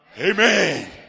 amen